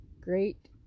great